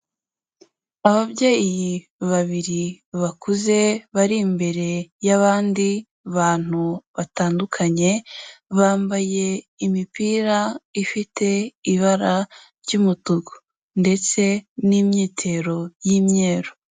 Ababyeyi babiri bakuze bari imbere y'abandi bantu batandukanye, bambaye imipira ifite ibara ry'umutuku ndetse n'imyitero y'imyeru.